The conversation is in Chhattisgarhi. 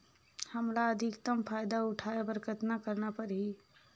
हमला अधिकतम फायदा उठाय बर कतना करना परही?